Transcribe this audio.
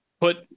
put